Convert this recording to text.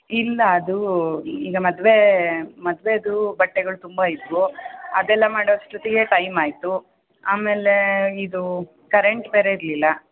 ಇಲ್ಲ ಅದು ಈಗ ಮದುವೆ ಮದುವೆದೂ ಬಟ್ಟೆಗಳು ತುಂಬ ಇದ್ದವು ಅದೆಲ್ಲ ಮಾಡೋ ಅಷ್ಟೊತ್ತಿಗೆ ಟೈಮ್ ಆಯಿತು ಆಮೇಲೆ ಇದು ಕರೆಂಟ್ ಬೇರೆ ಇರಲಿಲ್ಲ